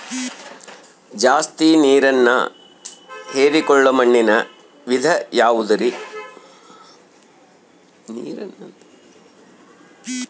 ಜಾಸ್ತಿ ನೇರನ್ನ ಹೇರಿಕೊಳ್ಳೊ ಮಣ್ಣಿನ ವಿಧ ಯಾವುದುರಿ?